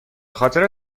خاطر